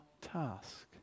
task